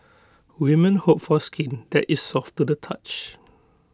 women hope for skin that is soft to the touch